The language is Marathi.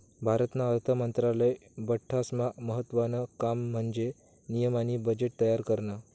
भारतना अर्थ मंत्रालयानं बठ्ठास्मा महत्त्वानं काम म्हन्जे नियम आणि बजेट तयार करनं